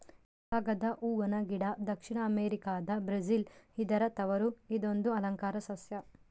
ಕಾಗದ ಹೂವನ ಗಿಡ ದಕ್ಷಿಣ ಅಮೆರಿಕಾದ ಬ್ರೆಜಿಲ್ ಇದರ ತವರು ಇದೊಂದು ಅಲಂಕಾರ ಸಸ್ಯ